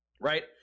right